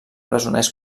presoners